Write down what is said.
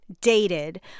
dated